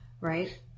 right